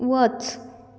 वच